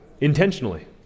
intentionally